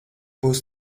būs